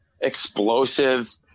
explosive